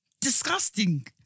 Disgusting